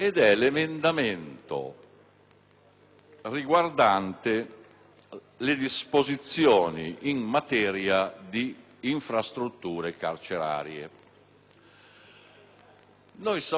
riguardante disposizioni in materia di infrastrutture carcerarie.